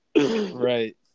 Right